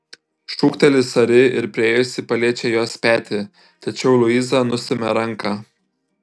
šūkteli sari ir priėjusi paliečia jos petį tačiau luiza nustumia ranką